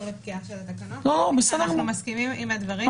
אנחנו מסכימים עם הדברים,